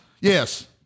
Yes